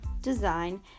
design